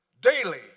Daily